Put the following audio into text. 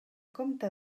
compte